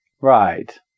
Right